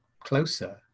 closer